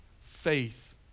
faith